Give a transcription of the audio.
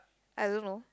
I don't know